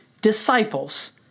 disciples